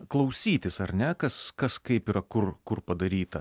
klausytis ar ne kas kas kaip yra kur kur padaryta